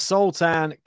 Sultan